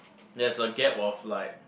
it has a gap of like